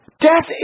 Death